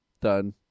Done